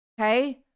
Okay